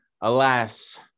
alas